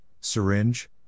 syringe